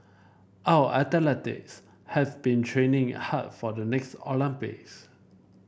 our athletes have been training hard for the next Olympics